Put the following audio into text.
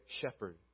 shepherd